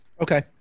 Okay